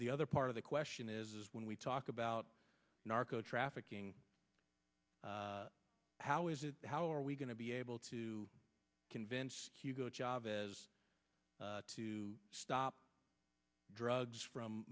the other part of the question is when we talk about narco trafficking how is it how are we going to be able to convince hugo chavez to stop drugs from